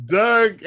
Doug